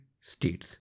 States